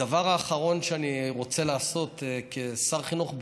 הדבר האחרון שאני רוצה לעשות כשר חינוך,